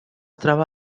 troba